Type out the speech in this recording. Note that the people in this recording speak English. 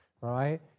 right